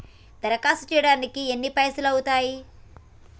దరఖాస్తు చేయడానికి ఎన్ని పైసలు అవుతయీ?